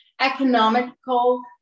economical